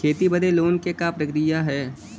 खेती बदे लोन के का प्रक्रिया ह?